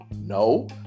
No